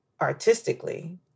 artistically